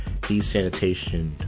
desanitation